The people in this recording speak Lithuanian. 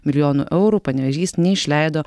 milijonų eurų panevėžys neišleido